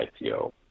IPO